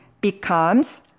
becomes